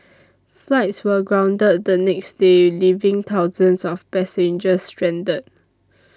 flights were grounded the next day leaving thousands of passengers stranded